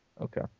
Okay